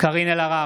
קארין אלהרר,